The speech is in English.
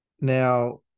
Now